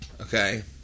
okay